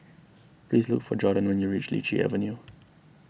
please look for Jorden when you reach Lichi Avenue